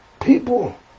people